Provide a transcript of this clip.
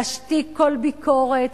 להשתיק כל ביקורת.